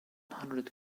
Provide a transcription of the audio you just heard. hundred